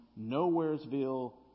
Nowheresville